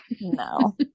No